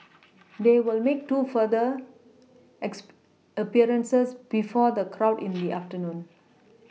they will make two further X appearances before the crowd in they afternoon